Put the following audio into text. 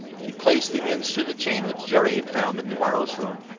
he placed the ends to the chain which jerry had found in the wireless room.